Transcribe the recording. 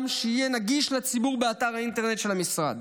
שיהיה נגיש לציבור באתר האינטרנט של המשרד.